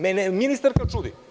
Mene ministarka čudi.